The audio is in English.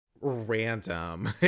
random